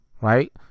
right